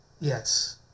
Yes